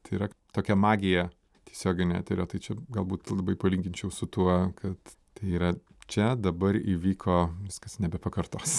tai yra tokia magija tiesioginio eterio tai čia galbūt labai palyginčiau su tuo kad tai yra čia dabar įvyko viskas nebepakartosi